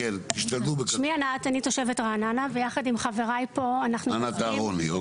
שמי ענת אני תושבת רעננה ויחד עם חבריי פה -- ענת אהרוני אוקי.